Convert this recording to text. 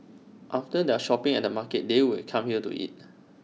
after their shopping at the market they would come here to eat